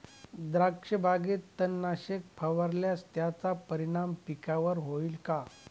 द्राक्षबागेत तणनाशक फवारल्यास त्याचा परिणाम पिकावर होईल का?